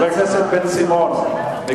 זה מה שקודם, אז